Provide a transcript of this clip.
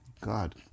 God